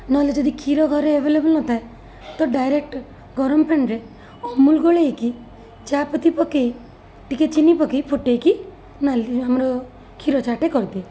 ନହେଲେ ଯଦି କ୍ଷୀର ଘରେ ଏଭେଲେବଲ୍ ନଥାଏ ତ ଡାଇରେକ୍ଟ ଗରମ ପାଣିରେ ଅମୁଲ୍ ଗୋଳାଇକି ଚା'ପତି ପକାଇ ଟିକିଏ ଚିନି ପକାଇ ଟିକିଏ ଫୁଟାଇକି ନାଲି ଆମର କ୍ଷୀର ଚା'ଟେ କରିଦିଏ